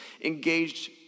Engaged